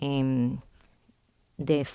and they